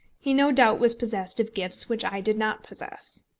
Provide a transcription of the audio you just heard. he no doubt was possessed of gifts which i did not possess.